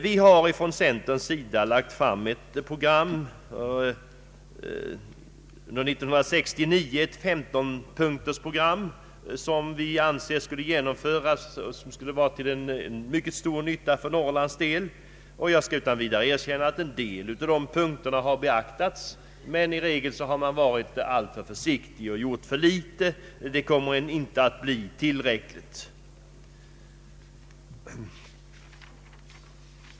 Vi har från centern under år 1969 lagt fram ett 15-punktersprogram som vi anser bör genomföras, vilket skulle bli till mycket stor nytta för Norrland. Jag skall utan vidare erkänna att en del av dessa punkter har beaktats. Men i regel har man varit alltför försiktig och gjort för litet. Åtgärderna kommer inte att räcka.